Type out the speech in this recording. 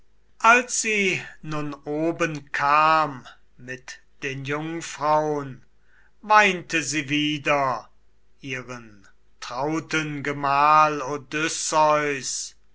als sie nun oben kam mit den jungfraun weinte sie wieder ihren trauten gemahl